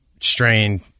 strained